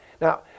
Now